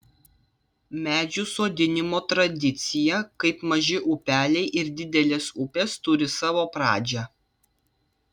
medžių sodinimo tradicija kaip maži upeliai ir didelės upės turi savo pradžią